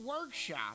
workshop